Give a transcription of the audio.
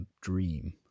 dream